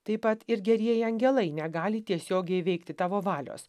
taip pat ir gerieji angelai negali tiesiogiai veikti tavo valios